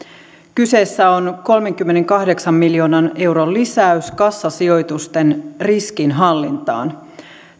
kyseessä on kolmenkymmenenkahdeksan miljoonan euron lisäys kassasijoitusten riskinhallintaan